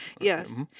Yes